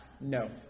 no